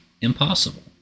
impossible